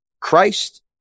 Christ